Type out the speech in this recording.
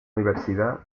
universidad